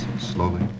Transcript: slowly